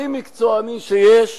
הכי מקצועני שיש,